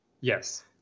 Yes